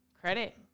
Credit